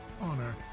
honor